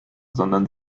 sondern